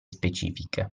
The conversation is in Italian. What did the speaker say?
specifiche